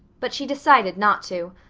but she decided not to.